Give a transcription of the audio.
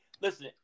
listen